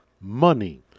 money